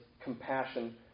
compassion